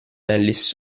ellis